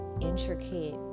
intricate